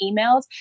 emails